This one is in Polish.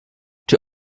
czy